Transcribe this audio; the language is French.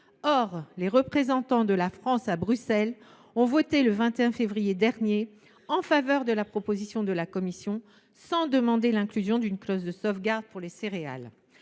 Or les représentants de la France à Bruxelles ont voté le 21 février dernier en faveur de cette proposition, sans demander l’inclusion d’une clause de sauvegarde pour les céréales.